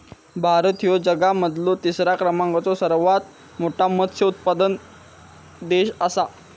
भारत ह्यो जगा मधलो तिसरा क्रमांकाचो सर्वात मोठा मत्स्य उत्पादक देश आसा